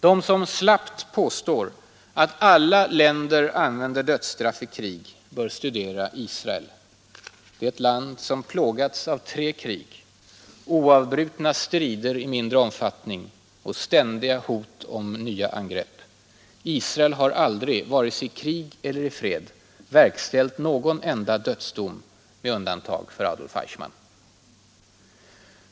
De som slappt påstår att alla länder använder dödsstraff i krig bör studera Israel. Det är ett land som plågats av tre krig, oavbrutna strider i mindre omfattning och ständiga hot om nya angrepp. Israel har aldrig — vare sig i krig eller i fred — verkställt någon enda dödsdom, med undantag för Adolf Eichmann.